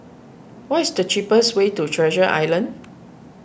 what is the cheapest way to Treasure Island